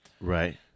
Right